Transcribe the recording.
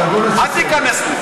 יואל, אל תיכנס לזה.